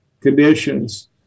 conditions